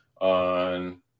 on